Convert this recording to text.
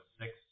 six